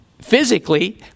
physically